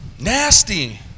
Nasty